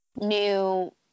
new